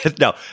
no